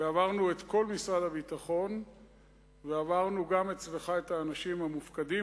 עברנו את כל משרד הביטחון ועברנו גם אצלך את האנשים המופקדים,